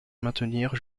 maintenir